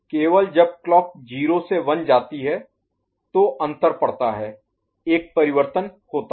केवल जब क्लॉक 0 से 1 जाती है तो अंतर पड़ता है एक परिवर्तन होता है